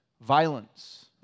violence